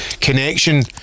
connection